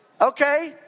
Okay